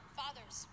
fathers